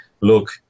look